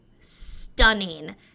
stunning